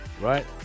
right